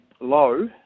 low